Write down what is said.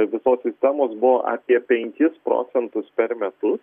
visos sistemos buvo apie penkis procentus per metus